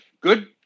good